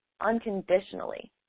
unconditionally